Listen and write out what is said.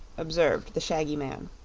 observed the shaggy man.